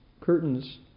curtains